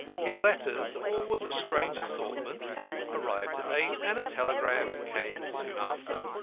his letters, always a strange assortment arrived at eight, and a telegram came soon after.